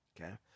Okay